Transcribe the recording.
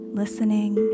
listening